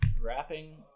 Wrapping